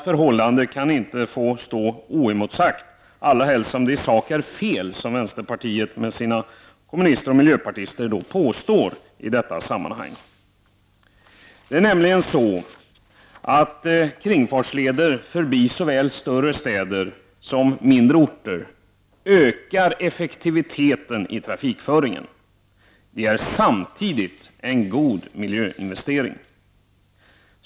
Denna argumentation kan inte få stå oemotsagd, allra helst som det som vänsterpartiet, med sina kommunister, och miljöpartiet påstår i detta sammanhang i sak är fel. Det är nämligen så att kringfartsleder förbi såväl större städer som mindre orter ökar effektiviteten i trafikföringen. Det är samtidigt en god miljöinvestering.